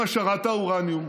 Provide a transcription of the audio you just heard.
עם העשרת האורניום,